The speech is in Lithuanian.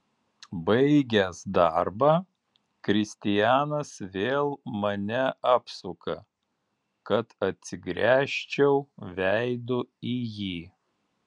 baigęs darbą kristianas vėl mane apsuka kad atsigręžčiau veidu į jį